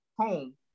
home